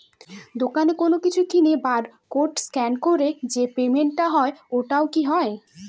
দোকানে কোনো কিছু কিনে বার কোড স্ক্যান করে যে পেমেন্ট টা হয় ওইটাও কি হয়?